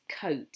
coat